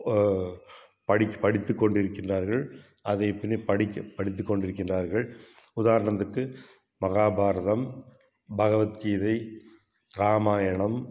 படித்து படித்துக் கொண்டிருக்கின்றார்கள் அதை பின் படிக்க படித்துக் கொண்டிருக்கின்றார்கள் உதாரணத்துக்கு மகாபாரதம் பகவத்கீதை இராமாயணம்